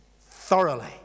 thoroughly